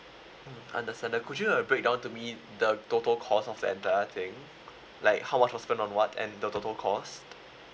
understand uh could you uh break down to me the total cost of the entire thing like how much was spent on what and the total cost